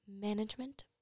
management